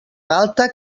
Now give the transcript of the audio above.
galta